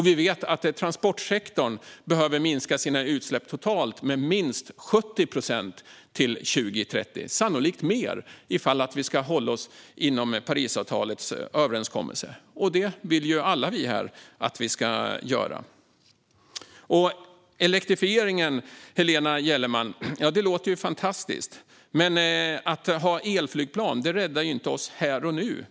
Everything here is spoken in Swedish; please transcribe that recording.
Vi vet att transportsektorn behöver minska sina utsläpp totalt med minst 70 procent till 2030, sannolikt mer, ifall vi ska hålla oss inom Parisavtalets överenskommelse - och det vill ju alla här att vi ska göra. Det låter fantastiskt med elektrifieringen, Helena Gellerman, men att ha elflygplan räddar oss inte här och nu.